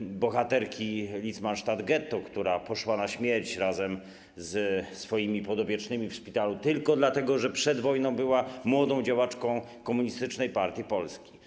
bohaterkę Litzmannstadt Ghetto, która poszła na śmierć razem z swoimi podopiecznymi w szpitalu, tylko dlatego że przed wojną była młodą działaczką Komunistycznej Partii Polski?